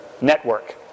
Network